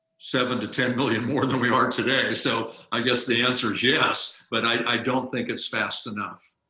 seven to ten million more than we are today. so i guess the answer is, yes, but i don't think it's fast enough.